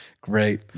Great